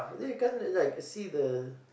but then you can't really like see the